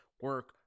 Work